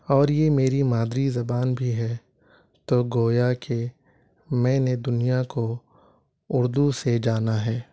اور یہ میری مادری زبان بھی ہے تو گویا کہ میں نے دنیا کو اردو سے جانا ہے